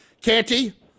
canty